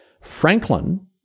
Franklin